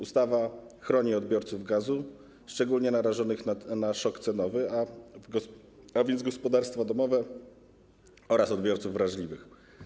Ustawa chroni odbiorców gazu szczególnie narażonych na szok cenowy, a więc gospodarstwa domowe oraz odbiorców wrażliwych.